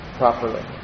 properly